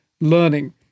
learning